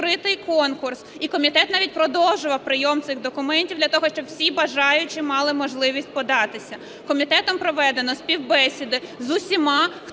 комітет навіть продовжував прийом цих документів для того, щоб всі бажаючі мали можливість податися. Комітетом проведено співбесіди з усіма,